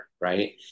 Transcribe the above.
right